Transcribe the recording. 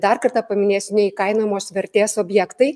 dar kartą paminėsiu neįkainojamos vertės objektai